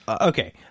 Okay